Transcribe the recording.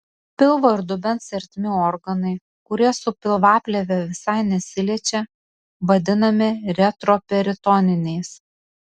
pilvo ir dubens ertmių organai kurie su pilvaplėve visai nesiliečia vadinami retroperitoniniais